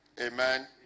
Amen